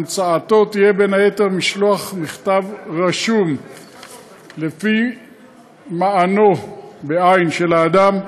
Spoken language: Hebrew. המצאתו תהיה בין היתר במשלוח מכתב רשום לפי מענו של האדם,